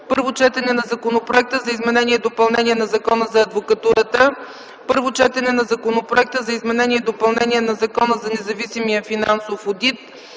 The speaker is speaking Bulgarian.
Първо четене на Законопроект за изменение и допълнение на Закона за адвокатурата. Първо четене на Законопроект за изменение и допълнение на Закона за независимия финансов одит.